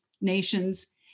nations